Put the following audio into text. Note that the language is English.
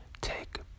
take